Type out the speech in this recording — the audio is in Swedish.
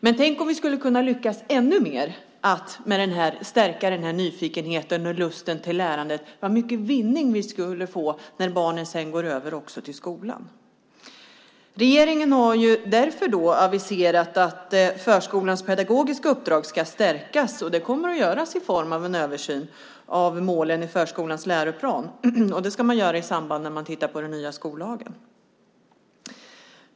Men tänk om vi ännu mer kunde lyckas stärka den här nyfikenheten och lusten till lärande - vilken stor vinning när barnen sedan går över till skolan! Regeringen har därför aviserat att förskolans pedagogiska uppdrag ska stärkas. Det kommer att göras i form av en översyn av målen i läroplanen för förskolan. Det ska göras i samband med att man tittar på den nya skollagen.